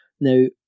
Now